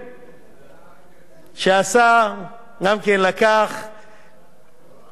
שלקח הרבה יוזמה, הרבה פעילות,